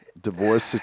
divorce